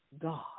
God